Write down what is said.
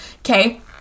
okay